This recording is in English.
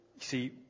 See